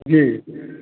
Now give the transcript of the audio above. जी